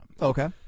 Okay